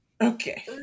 Okay